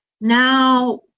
Now